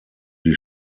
die